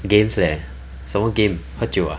games leh 什么 game 喝酒 ah